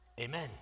amen